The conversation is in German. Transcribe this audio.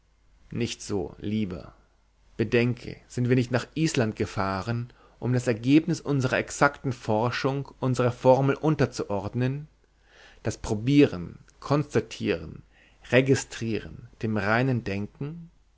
nicht so lieber bedenke sind wir nicht nach island gefahren um das ergebnis unserer exakten forschung unserer formel unterzuordnen das probieren konstatieren registrieren dem reinen denken